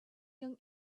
young